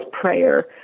prayer